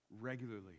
regularly